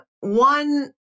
one